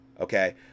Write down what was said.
okay